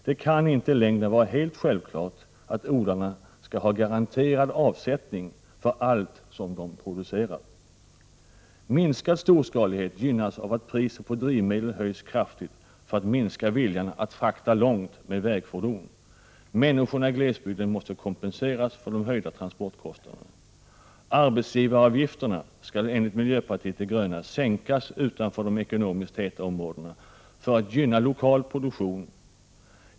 Det kan inte i längden vara helt självklart att odlarna skall ha garanterad avsättning för allt som de producerar. Minskad storskalighet gynnas av att priset på drivmedel höjs kraftigt för att minska viljan att frakta långt med vägfordon. Människorna i glesbygden måste kompenseras för de höjda transportkostnaderna. Arbetsgivaravgifterna skall enligt miljöpartiet de gröna sänkas utanför de ekonomiskt heta områdena för att gynna lokal produktion.